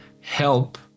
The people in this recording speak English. help